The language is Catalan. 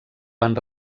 van